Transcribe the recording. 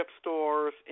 stores